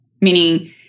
meaning